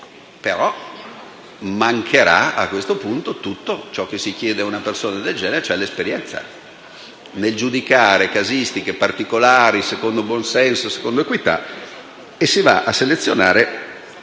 però, mancherà tutto ciò che si chiede a una persona del genere, cioè l'esperienza nel giudicare casistiche particolari secondo buon senso ed equità, e si selezionerà